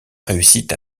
réussit